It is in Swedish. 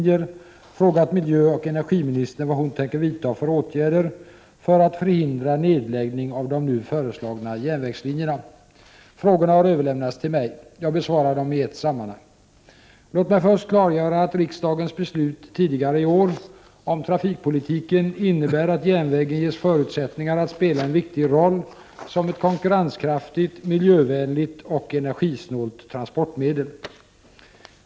Jag besvarar dem i ett sammanhang. Låt mig först klargöra att riksdagens beslut tidigare i år om trafikpolitiken innebär att järnvägen ges förutsättningar att spela en viktig roll som ett konkurrenskraftigt, miljövänligt och energisnålt transportmedel.